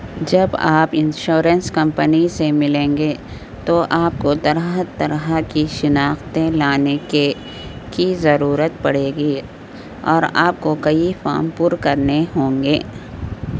جب آپ insurance company سے ملیں گے تو آپ کو طرح طرح کی شناختیں لانے کے کی ضرورت پڑے گی اور آپ کو کئی فارم پر کرنے ہوں گے